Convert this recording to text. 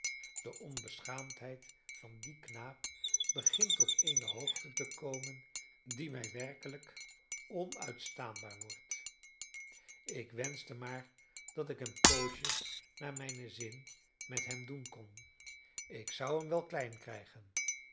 de onbeschaamdheid van dien knaap begint tot eene hoogte te komen die mij werkelijk onuitstaanbaar wordt ik wenschte maar dat ik een poosje naar mijnen zin met hem doen kon ik zou hem wel klein krijgen